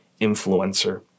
influencer